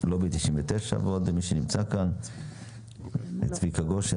לובי 99, צביקה גושן